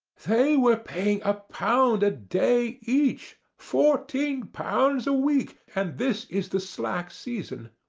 they were paying a pound a day each fourteen pounds a week, and this is the slack season.